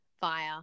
via